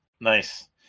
nice